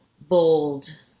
bold